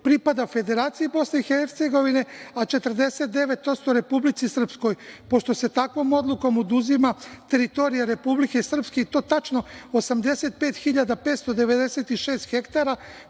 pripada Federaciji Bosne i Hercegovine, a 49% republici Srpskoj. Pošto se takvom odlukom oduzima teritorija Republike Srpske i to tačno 85.596 hektara